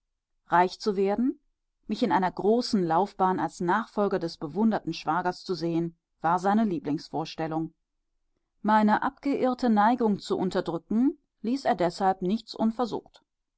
reich zu werden mich in einer großen laufbahn als nachfolger des bewunderten schwagers zu sehen war seine lieblingsvorstellung meine abgeirrte neigung zu unterdrücken ließ er deshalb nichts unversucht